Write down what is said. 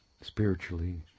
spiritually